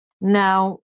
Now